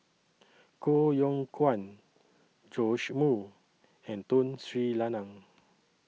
Koh Yong Guan Joash Moo and Tun Sri Lanang